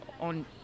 on